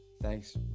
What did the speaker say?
thanks